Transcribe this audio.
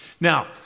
Now